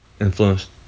influenced